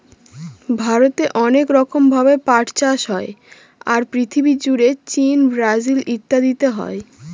ভারতে অনেক রকম ভাবে পাট চাষ হয়, আর পৃথিবী জুড়ে চীন, ব্রাজিল ইত্যাদিতে হয়